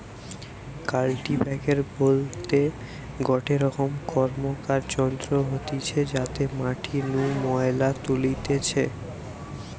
কাল্টিপ্যাকের বলতে গটে রকম র্কমকার যন্ত্র হতিছে যাতে মাটি নু ময়লা তুলতিছে